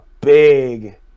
big